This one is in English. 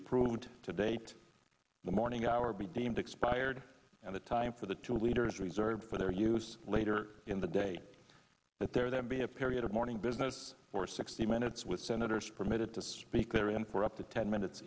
approved to date the morning hour be deemed expired and the time for the two leaders reserved for their use later in the day that there then be a period of morning business for sixty minutes with senators permitted to speak there and for up to ten minutes